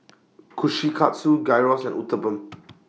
Kushikatsu Gyros and Uthapam